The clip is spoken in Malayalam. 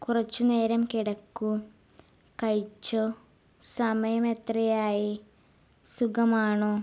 കുറച്ച് നേരം കിടക്കൂ കഴിച്ചോ സമയം എത്രയായി സുഖമാണോ